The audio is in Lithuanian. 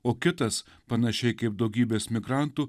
o kitas panašiai kaip daugybės migrantų